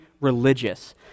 religious